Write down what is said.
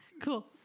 Cool